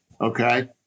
okay